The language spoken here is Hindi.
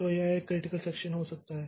तो यह एक क्रिटिकल सेक्षन हो सकता है